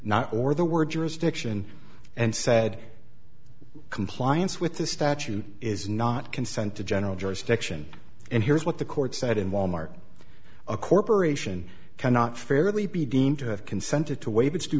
not or the word jurisdiction and said compliance with the statute is not consent to general jurisdiction and here's what the court said in wal mart a corporation cannot fairly be deemed to have consented to waive its due